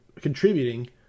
contributing